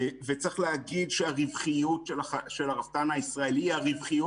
וצריך להגיד שהרווחיות של הרפתן הישראלי היא הרווחיות